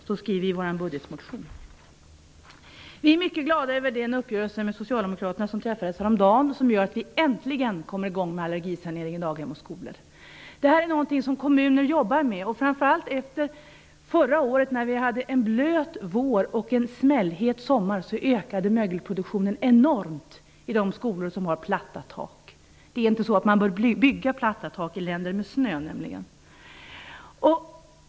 Det skriver vi i vår budgetmotion. Vi är mycket glada över den uppgörelse med socialdemokraterna som träffades häromdagen. Den gör att vi äntligen kommer i gång med allergisaneringen av daghem och skolor. Detta är något som kommuner jobbar med. Framför allt efter förra året, när vi hade en blöt vår och en smällhet sommar, ökade mögelproduktionen enormt i de skolor som har platta tak. Man bör nämligen inte bygga platta tak i länder med snö.